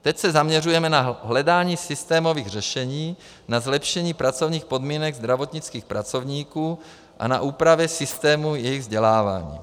Teď se zaměřujeme na hledání systémových řešení, na zlepšení pracovních podmínek zdravotnických pracovníků a na úpravy systému jejich vzdělávání.